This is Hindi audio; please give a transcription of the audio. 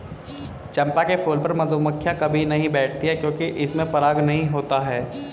चंपा के फूल पर मधुमक्खियां कभी नहीं बैठती हैं क्योंकि इसमें पराग नहीं होता है